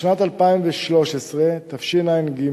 לשנת 2013, תשע"ג,